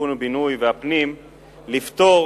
השיכון והבינוי והפנים לפטור